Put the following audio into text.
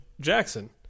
Jackson